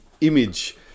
image